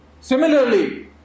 Similarly